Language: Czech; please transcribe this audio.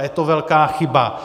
A je to velká chyba.